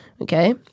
Okay